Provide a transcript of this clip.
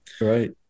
Right